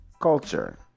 Culture